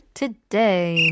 today